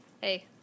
Hey